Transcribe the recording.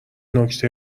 نکته